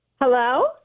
Hello